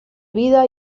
vida